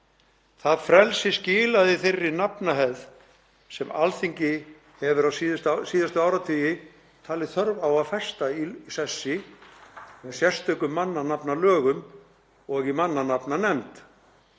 Það frelsi skilaði þeirri nafnahefð sem Alþingi hefur síðustu áratugi talið þörf á að festa í sessi með sérstökum mannanafnalögum og með mannanafnanefnd.